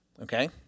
Okay